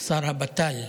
שר הבט"ל,